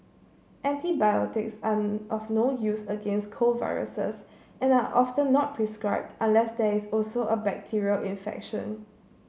antibiotics are of no use against cold viruses and are often not prescribed unless there is also a bacterial infection